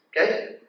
Okay